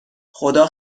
خدا